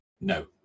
No